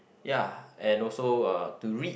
ya and also uh to read